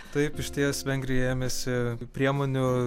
taip išties vengrija ėmėsi priemonių